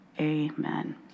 Amen